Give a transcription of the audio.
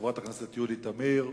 חברת הכנסת יולי תמיר,